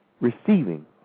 receiving